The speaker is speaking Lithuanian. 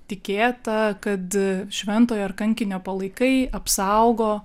tikėta kad šventojo ar kankinio palaikai apsaugo